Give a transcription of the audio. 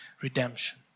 redemption